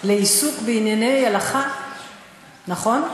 לעיסוק בענייני הלכה, נכון?